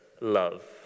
love